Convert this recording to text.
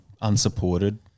unsupported